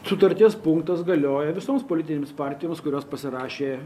sutarties punktas galioja visoms politinėms partijoms kurios pasirašė